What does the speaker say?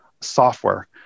software